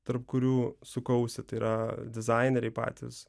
tarp kurių sukausi tai yra dizaineriai patys